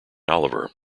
oliver